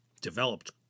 developed